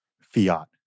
fiat